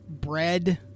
bread